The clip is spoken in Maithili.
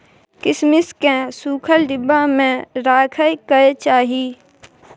किशमिश केँ सुखल डिब्बा मे राखे कय चाही